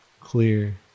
clear